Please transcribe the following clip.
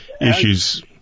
issues